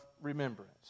remembrance